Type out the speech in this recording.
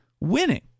winning